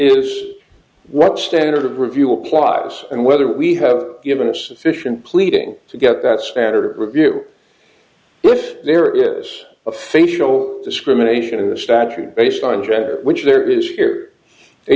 is what standard of review applies and whether we have given a sufficient pleading to get that spatter review if there is a financial discrimination in the statute based on gender which there is